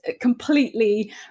completely